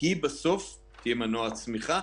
היא בסוף תהיה מנוע הצמיחה.